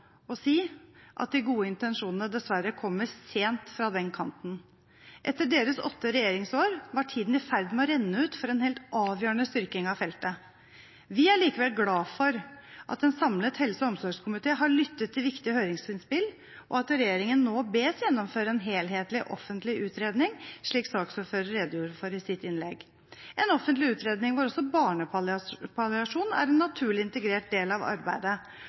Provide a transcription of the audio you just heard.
å si at de gode intensjonene dessverre kommer sent fra den kanten. Etter deres åtte regjeringsår var tiden i ferd med å renne ut for en helt avgjørende styrking av feltet. Vi er likevel glad for at en samlet helse- og omsorgskomité har lyttet til viktige høringsinnspill, og at regjeringen nå bes gjennomføre en helhetlig offentlig utredning, slik saksordføreren redegjorde for i sitt innlegg, en offentlig utredning hvor også barnepalliasjon er en naturlig, integrert del av arbeidet.